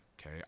okay